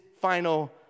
final